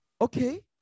Okay